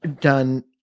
done